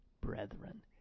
brethren